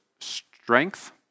strength